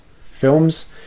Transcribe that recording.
films